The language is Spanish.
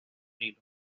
nilo